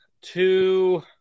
Two